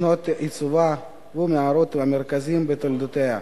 שנות עיצובה והמאורעות המרכזיים בתולדותיה,